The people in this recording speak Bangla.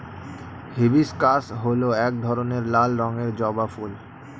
হিবিস্কাস হল এক ধরনের লাল রঙের জবা ফুল